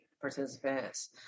participants